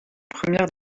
première